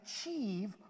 achieve